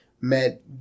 met